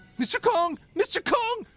mr. kong! mr. kong!